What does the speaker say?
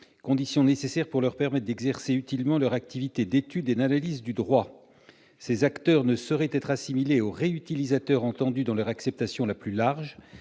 condition nécessaire pour leur permettre d'exercer utilement leur activité d'étude et d'analyse du droit. Ces acteurs ne sauraient être assimilés aux réutilisateurs entendus dans leur acception la plus large.